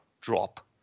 drop